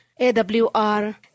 AWR